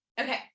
Okay